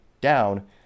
down